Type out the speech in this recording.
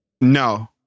No